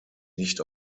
nicht